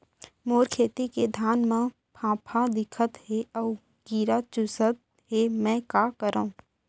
मोर खेत के धान मा फ़ांफां दिखत हे अऊ कीरा चुसत हे मैं का करंव?